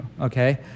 okay